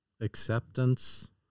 acceptance